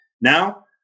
Now